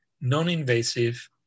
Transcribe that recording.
non-invasive